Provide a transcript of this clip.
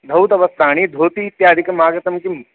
धौतवस्त्राणि धोति इत्यादिकम् आगतं किं